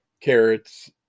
carrots